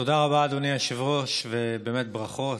תודה רבה, אדוני היושב-ראש, ובאמת, ברכות.